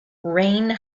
rayne